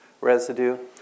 residue